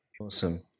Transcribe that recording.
Awesome